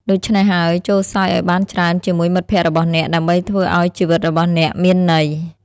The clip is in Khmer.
ដូច្នេះហើយ ចូរសើចឱ្យបានច្រើនជាមួយមិត្តភក្តិរបស់អ្នក ដើម្បីធ្វើឱ្យជីវិតរបស់អ្នកមានន័យ។